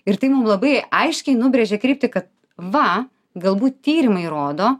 ir tai mum labai aiškiai nubrėžia kryptį kad va galbūt tyrimai rodo